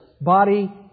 body